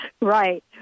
Right